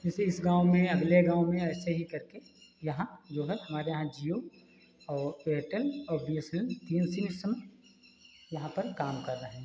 जैसे इस गाँव में अगले गाँव में ऐसे ही करके यहाँ जो है हमारे यहाँ जिओ और एयरटेल और बी एस एन एल तीन सिम इस समय यहाँ पर काम कर रहे हैं